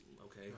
Okay